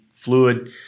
fluid